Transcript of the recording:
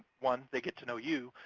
one, they get to know you,